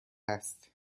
هست